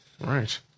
right